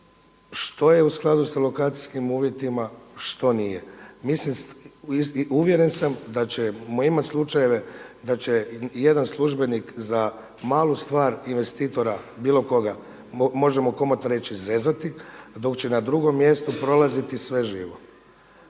što je u skladu sa lokacijskim uvjetima, što nije. Uvjeren sam da ćemo imati slučajeve da će jedan službenik za malu stvar investitora bilo koga, možemo komotno reći zezati dok će na drugom mjestu prolaziti sve živo.